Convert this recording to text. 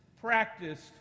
practiced